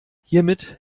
hiermit